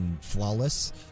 flawless